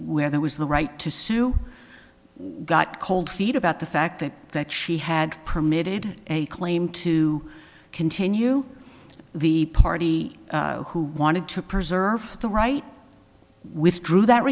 where there was the right to sue got cold feet about the fact that that she had permitted a claim to continue the party who wanted to preserve the right withdrew that